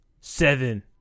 Seven